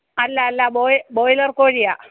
അല്ല അല്ല ബ്രോയി ബ്രോയിലർ കോഴിയാണോ